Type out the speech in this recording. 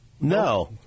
No